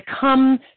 come